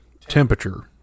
temperature